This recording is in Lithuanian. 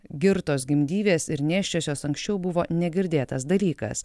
girtos gimdyvės ir nėščiosios anksčiau buvo negirdėtas dalykas